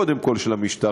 היא קודם כול של המשטרה.